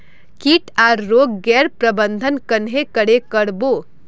किट आर रोग गैर प्रबंधन कन्हे करे कर बो?